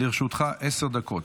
לרשותך עשר דקות.